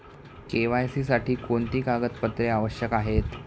KYC साठी कोणती कागदपत्रे आवश्यक आहेत?